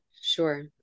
Sure